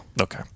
Okay